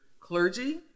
clergy